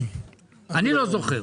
אני לא זוכר,